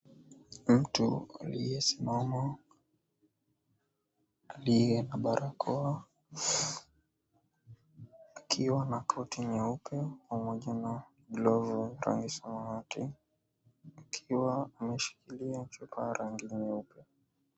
Mtu aliyesimama aliye na barakoa akiwa na koti nyeupe pamoja na glovu ya rangi ya samawati akiwa ameshikilia chupa ya rangi nyeupe.